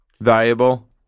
valuable